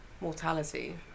mortality